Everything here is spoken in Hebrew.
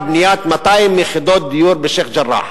בבניית 200 יחידות דיור בשיח'-ג'ראח.